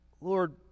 Lord